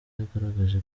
yagaragaje